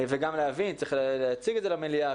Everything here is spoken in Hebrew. וגם להבין, צריך להציג את זה למליאה.